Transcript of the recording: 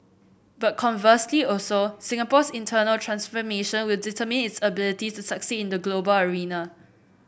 but conversely also Singapore's internal transformation will determine its ability to succeed in the global arena